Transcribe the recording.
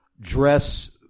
dress